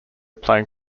playing